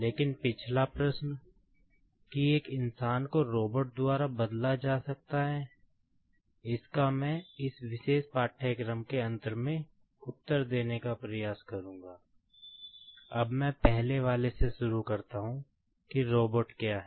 लेकिन पिछला प्रश्न कि एक इंसान को रोबोट क्या है